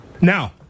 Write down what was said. Now